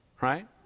Right